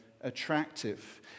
attractive